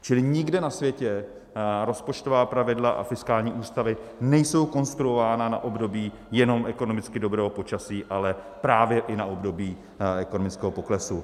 Čili nikde na světě rozpočtová pravidla a fiskální ústavy nejsou konstruovány na období jenom ekonomicky dobrého počasí, ale právě i na období ekonomického poklesu.